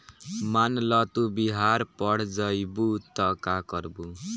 मान ल तू बिहार पड़ जइबू त का करबू